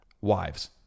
wives